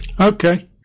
okay